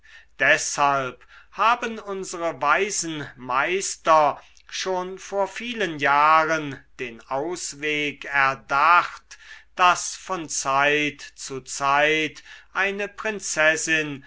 deshalb haben unsere weisen meister schon vor vielen jahren den ausweg erdacht daß von zeit zu zeit eine prinzessin